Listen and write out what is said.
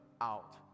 out